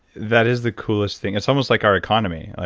that is the coolest thing. it's almost like our economy.